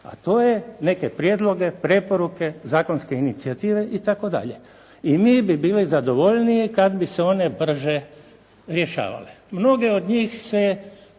a to je neke prijedloge, preporuke, zakonske inicijative itd. i mi bi bili zadovoljniji kad bi se one brže rješavale. Mnoge od njih se